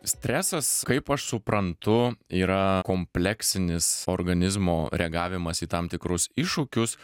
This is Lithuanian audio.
stresas kaip aš suprantu yra kompleksinis organizmo reagavimas į tam tikrus iššūkius